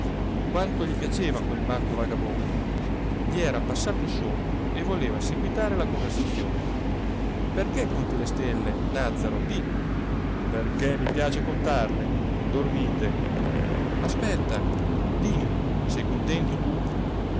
quanto gli piaceva quel matto vagabondo gli era passato il sonno e voleva seguitare la conversazione perché conti le stelle nàzzaro di perché mi piace contarle dormite aspetta dimmi sei contento tu